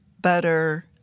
better